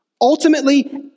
Ultimately